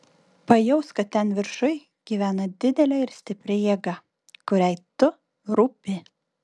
pajausk kad ten viršuj gyvena didelė ir stipri jėga kuriai tu rūpi